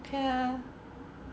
ok ah